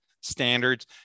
standards